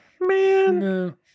Man